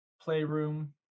playroom